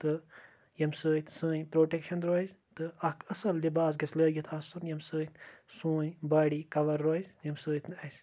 تہٕ ییٚمہِ سۭتۍ سٲنۍ پروٹکشن روزِ تہٕ اَکھ اصٕل لِباس گژھِ لٲگِتھ آسُن ییٚمہِ سۭتۍ سون باڈی کَور روزِ ییٚمہِ سۭتۍ نہٕ اَسہِ